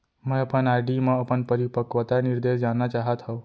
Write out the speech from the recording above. मै अपन आर.डी मा अपन परिपक्वता निर्देश जानना चाहात हव